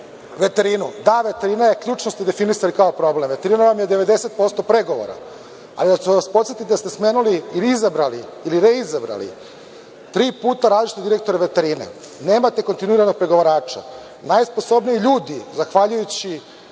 veterinu. Da, veterinu ste ključno definisali kao problem. Veterina vam je 90% pregovora. Ja ću vas podsetiti da ste smenili ili izabrali ili reizabrali tri puta različite direktora veterine. Nemate kontinuirane pregovarače. Najsposobniji ljudi zahvaljujući